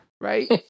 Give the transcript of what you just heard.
Right